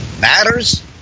matters